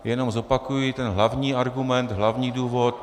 Jenom zopakuji ten hlavní argument, hlavní důvod.